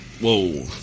Whoa